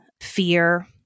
fear